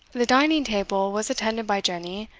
the dining-table was attended by jenny